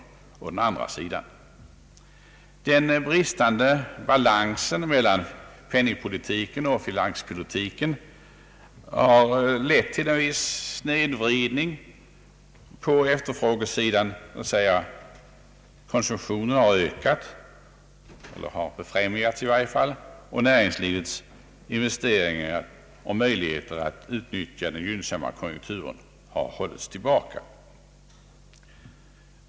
Den bristande balansen mellan penningpolitiken och finanspolitiken har lett till en viss snedvridning på efterfrågesidan, d. v. s. konsumtionen har ökat eller i varje fall befrämjats, medan näringslivets investeringar och möjligheter att utnyttja den gynnsamma konjunkturen har hållits tillbaka.